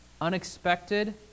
unexpected